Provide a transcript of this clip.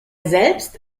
selbst